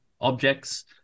objects